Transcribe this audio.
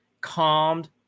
calmed